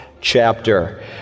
chapter